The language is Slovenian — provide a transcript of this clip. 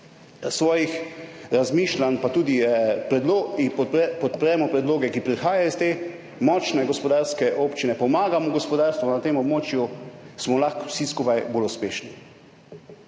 svojih razmišljanj, pa tudi podpremo predloge, ki prihajajo iz te močne gospodarske občine, pomagamo gospodarstvu na tem območju, smo lahko vsi skupaj bolj uspešni.